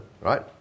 right